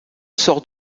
sort